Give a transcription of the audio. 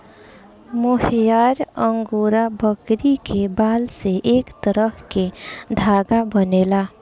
मोहयार Angora बकरी के बाल से एक तरह के धागा बनेला